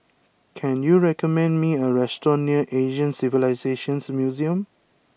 can you recommend me a restaurant near Asian Civilisations Museum